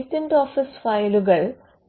patent office ഫയലുകൾ